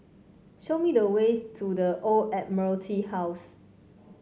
show me the way to The Old Admiralty House